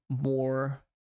more